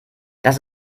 das